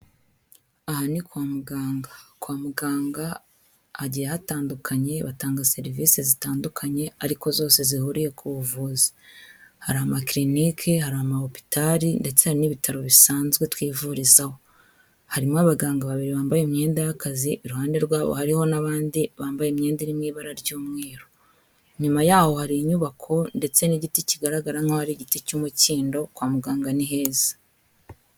Aha ni kwa muganga. Kwa muganga hagiye hatandukanye, batanga serivisi zitandukanye ariko zose zihuriye ku buvuzi. Hari ama clinique, hari ama hôpital ndetse hari n'ibitaro bisanzwe twivurizaho. Harimo abaganga babiri bambaye imyenda y'akazi, iruhande rwabo hariho n'abandi bambaye imyenda iri mu ibara ry'umweru. Inyuma yaho hari inyubako ndetse n'igiti kigaragara nk'aho ari igiti cy'umukindo, kwa muganga ni heza.